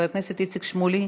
חבר הכנסת איציק שמולי,